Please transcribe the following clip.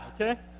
Okay